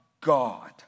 God